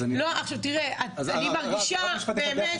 עכשיו תראה, אני מרגישה באמת -- רק משפט אחד.